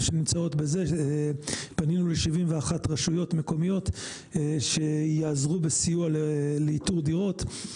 פנינו ל-71 רשויות מקומיות שיעזרו בסיוע לאיתור דירות.